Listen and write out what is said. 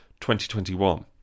2021